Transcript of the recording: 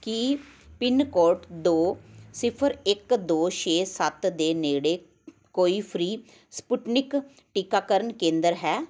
ਕੀ pin code ਦੋ ਸਿਫਰ ਇੱਕ ਦੋ ਛੇ ਸੱਤ ਦੇ ਨੇੜੇ ਕੋਈ ਫ੍ਰੀ ਸਪੁਟਨਿਕ ਟੀਕਾਕਰਨ ਕੇਂਦਰ ਹੈ